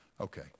Okay